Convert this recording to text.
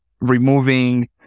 Removing